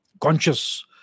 conscious